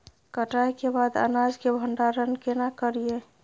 कटाई के बाद अनाज के भंडारण केना करियै?